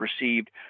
received